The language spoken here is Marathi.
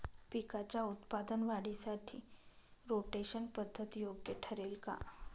पिकाच्या उत्पादन वाढीसाठी रोटेशन पद्धत योग्य ठरेल का?